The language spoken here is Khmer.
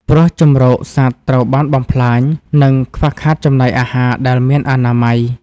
ព្រោះជម្រកសត្វត្រូវបានបំផ្លាញ និងខ្វះខាតចំណីអាហារដែលមានអនាម័យ។